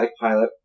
pilot